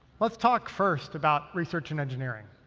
let's talk first about research and engineering.